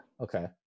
Okay